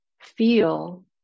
feel